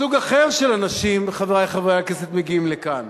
סוג אחר של אנשים מחברי חברי הכנסת מגיעים לכאן,